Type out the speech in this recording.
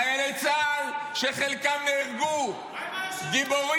חיילי צה"ל, שחלקם נהרגו גיבורים.